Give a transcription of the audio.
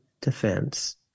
defense